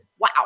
wow